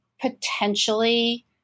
potentially